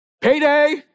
Payday